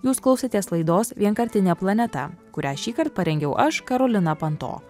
jūs klausotės laidos vienkartinė planeta kurią šįkart parengiau aš karolina panto